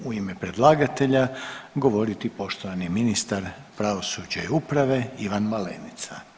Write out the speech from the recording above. ime predlagatelja govoriti poštovani ministar pravosuđa i uprave Ivan Malenica.